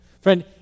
Friend